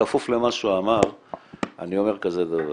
כפוף למה שהוא אמר אני אומר כזה דבר,